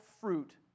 fruit